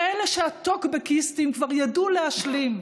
כאלה שהטוקבקיסטים כבר ידעו להשלים,